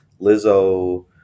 Lizzo